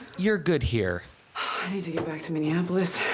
you're good here. i need to go back to minneapolis.